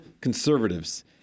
conservatives